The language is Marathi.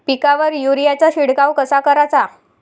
पिकावर युरीया चा शिडकाव कसा कराचा?